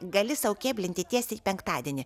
gali sau kėblinti tiesiai penktadienį